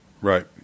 right